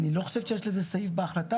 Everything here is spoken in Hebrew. אני לא חושב שיש לזה סעיף בהחלטה,